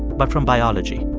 but from biology